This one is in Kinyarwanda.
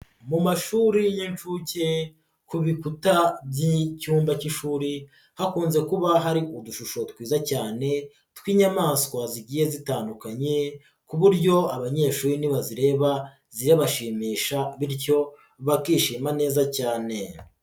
Mu mashuri y'inshuke ku bikuta by'icyumba k'ishuri hakunze kuba hari udushusho twiza cyane tw'inyamaswa zigiye dutandukanye ku buryo abanyeshuri nibabire zirabashimisha bityo bakishima neza cyane.